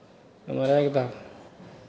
ओहिमे राखि दहक